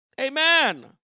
Amen